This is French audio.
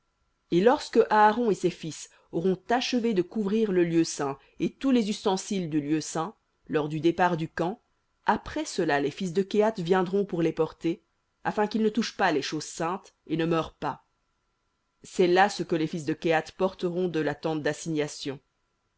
et lorsque aaron et ses fils auront achevé de couvrir le lieu saint et tous les ustensiles du lieu saint lors du départ du camp après cela les fils de kehath viendront pour les porter afin qu'ils ne touchent pas les choses saintes et ne meurent pas c'est là ce que les fils de kehath porteront de la tente d'assignation